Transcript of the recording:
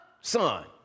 son